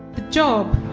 the job